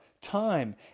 time